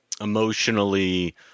emotionally